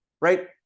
right